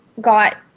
got